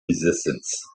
resistance